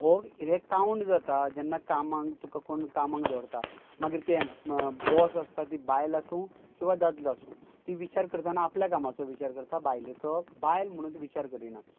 हो हें कावंट जाता जेन्ना कामांक तुका कोण कामांक दवरता मागीर ते एम्प म बॉस आसता ती बायल आसूं किंवां ददलो आसूं ती विचार करताना आपल्या कामाचो विचार करता बायलेचो बायल म्हणू तूं विचार करिना